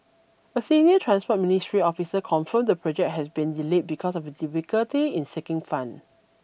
a senior Transport Ministry officer confirmed the project had been delayed because of a difficulty in seeking fund